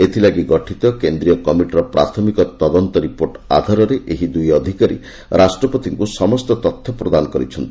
ଏଥିଲାଗି ଗଠିତ କେନ୍ଦ୍ରୀୟ କମିଟିର ପ୍ରାଥମିକ ତଦନ୍ତ ରିପୋର୍ଟ ଆଧାରରେ ଏହି ଦୁଇ ଅଧିକାରୀ ରାଷ୍ଟ୍ରପତିଙ୍କୁ ସମସ୍ତ ତଥ୍ୟ ପ୍ରଦାନ କରିଛନ୍ତି